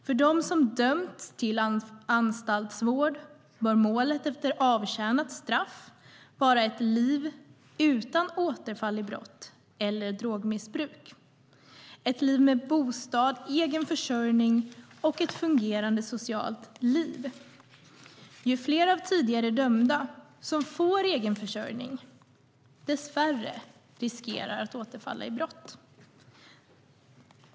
För dem som dömts till anstaltsvård bör målet efter avtjänat straff vara ett liv utan återfall i brott eller drogmissbruk - ett liv med bostad, egen försörjning och ett fungerande socialt liv. Ju fler tidigare dömda som får egen försörjning, desto färre riskerar att återfalla i brott.